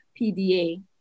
PDA